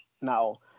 Now